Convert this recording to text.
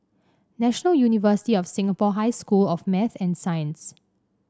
National University of Singapore High School of Math and Science